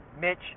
Mitch